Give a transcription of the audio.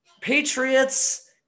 patriots